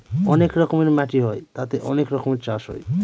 অনেক রকমের মাটি হয় তাতে অনেক রকমের চাষ হয়